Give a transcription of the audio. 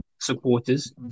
supporters